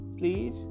please